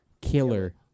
Killer